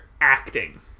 acting